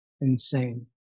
insane